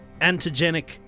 antigenic